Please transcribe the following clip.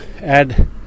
add